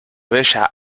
bella